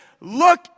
Look